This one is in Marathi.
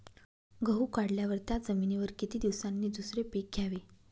गहू काढल्यावर त्या जमिनीवर किती दिवसांनी दुसरे पीक घ्यावे?